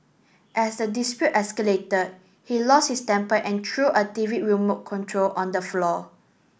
as the dispute escalated he lost his temper and threw a T V remote control on the floor